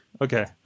Okay